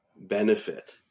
benefit